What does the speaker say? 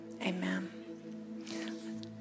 Amen